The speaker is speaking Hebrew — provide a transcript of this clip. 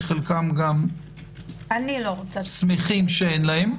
וכחלקם שמחים שאין להם.